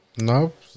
Nope